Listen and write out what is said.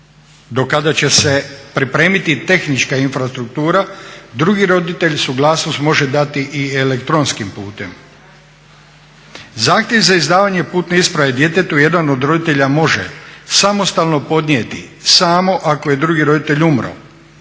do kada će se pripremiti tehnička infrastruktura drugi roditelj suglasnost može dati i elektronskim putem. Zahtjev za izdavanje putne isprave djetetu jedan od roditelja može samostalno podnijeti samo ako je drugi roditelj umro